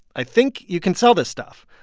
i think you can sell this stuff,